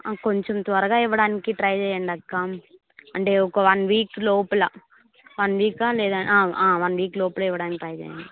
కొంచెం త్వరగా ఇవ్వడానికి ట్రై చేయండి అక్క అంటే ఒక వన్ వీక్ లోపల వన్ వీక్ లేదా వన్ వీక్ లోపల ఇవ్వడానికి ట్రై చేయండి